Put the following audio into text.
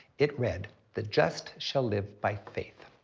it read, the just shall live by faith.